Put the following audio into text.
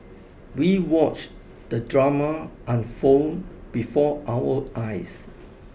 we watched the drama unfold before our eyes